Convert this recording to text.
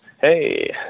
hey